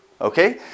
okay